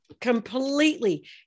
completely